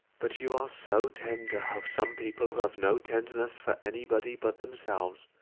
but you are so tender of some people who have no tenderness for any body but themselves,